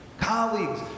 Colleagues